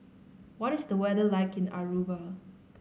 what is the weather like in Aruba